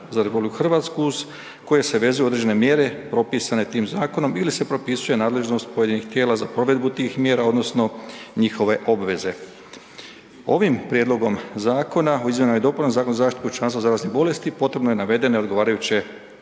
za RH uz koje se vezuju određene mjere propisane tim zakonom ili se propisuje nadležnost pojedinih tijela za provedbu tih mjera odnosno njihove obveze. Ovim prijedlogom Zakona o izmjenama i dopunama Zakona o zaštiti pučanstva zaraznih bolesti potrebno je navedene odgovarajuće